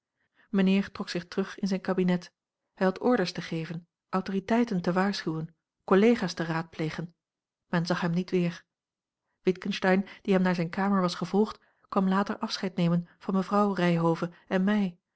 trok zich terug in zijn kabinet hij had orders te geven autoriteiten te waarschuwen collega's te raadplegen men zag hem niet weer witgensteyn die hem naar zijne kamer was gevolgd kwam later afscheid nemen van mevrouw ryhove en mij